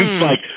like,